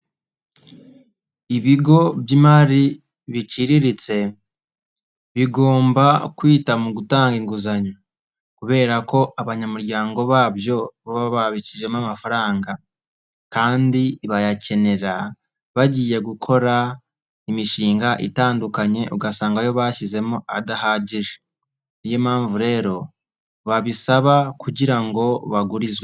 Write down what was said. Ibigo by'imari biciriritse bigomba kwita mu gutanga inguzanyo, kubera ko abanyamuryango babyo baba babikijemo amafaranga, kandi bayakenera bagiye gukora imishinga itandukanye, ugasangayo bashyizemo adahagije, niyo mpamvu rero babisaba kugira ngo bagurizwe.